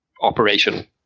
Operation